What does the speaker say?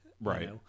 Right